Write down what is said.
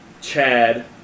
Chad